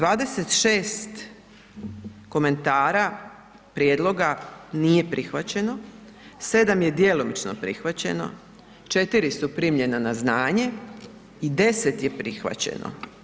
26 komentara, prijedloga nije prihvaćeno, 7 je djelomično prihvaćeno, 4 su primljena na znanje i 10 je prihvaćeno.